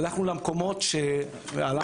הלכנו למקומות שעלה